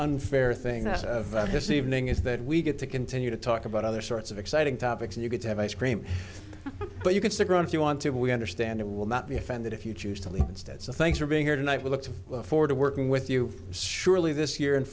unfair thing that's of this evening is that we get to continue to talk about other sorts of exciting topics and you get to have ice cream but you can stick around if you want to but we understand it will not be offended if you choose to leave instead so thanks for being here tonight we look forward to working with you surely this year